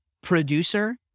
producer